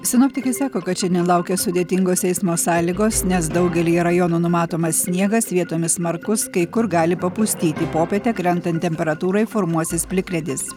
sinoptikai sako kad šiandien laukia sudėtingos eismo sąlygos nes daugelyje rajonų numatomas sniegas vietomis smarkus kai kur gali papustyti popietę krentant temperatūrai formuosis plikledis